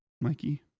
Mikey